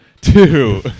Two